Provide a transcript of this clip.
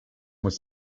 was